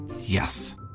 Yes